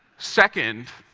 second,